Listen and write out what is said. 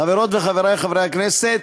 חברותי וחברי חברי הכנסת,